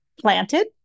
planted